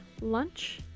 lunch